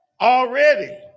Already